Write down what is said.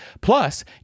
Plus